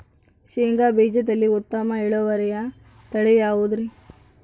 ಶೇಂಗಾ ಬೇಜದಲ್ಲಿ ಉತ್ತಮ ಇಳುವರಿಯ ತಳಿ ಯಾವುದುರಿ?